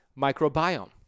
microbiome